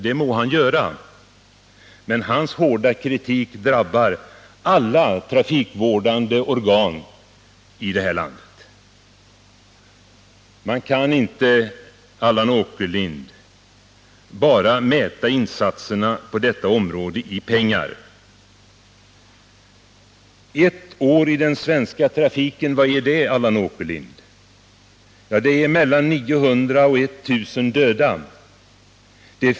Det må han göra, men hans kritik drabbar alla trafikvårdande organ i det här landet. Man kan inte, Allan Åkerlind, mäta insatserna på detta område enbart i pengar. Vad ger ett år i den svenska trafiken, Allan Åkerlind? Jo, det ger mellan 900 och 1 000 döda.